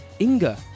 Inga